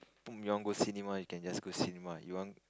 boom you want go cinema you can just go cinema you want